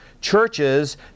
churches